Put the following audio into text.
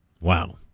Wow